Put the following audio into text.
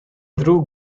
ddrwg